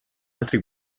altri